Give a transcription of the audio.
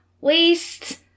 Waste